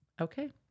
Okay